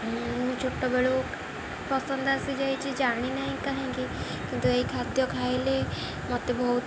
ମୁଁ ଛୋଟବେଳୁ ପସନ୍ଦ ଆସିଯାଇଛି ଜାଣିନାହିଁ କାହିଁକି କିନ୍ତୁ ଏଇ ଖାଦ୍ୟ ଖାଇଲେ ମୋତେ ବହୁତ